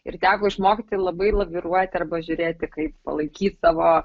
ir teko išmokti labai laviruoti arba žiūrėti kaip palaikyt savo